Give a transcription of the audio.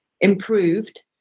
improved